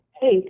hey